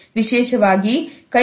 ವಿಶೇಷವಾಗಿ ಕೈಕುಲುಕು ವಿಕೆಗೆ ಅನುಮತಿಯಿದೆ